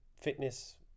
fitness